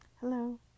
Hello